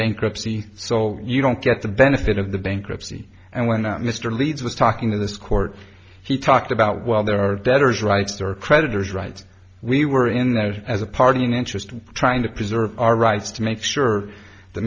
bankruptcy so you don't get the benefit of the bankruptcy and when mr leeds was talking to this court he talked about well there are debtors rights there are creditors rights we were in there as a parting interest trying to preserve our rights to make sure the